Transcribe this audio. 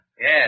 Yes